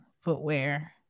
footwear